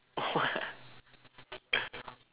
what